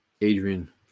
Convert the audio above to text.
Adrian